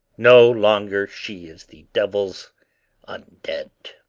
no longer she is the devil's un-dead.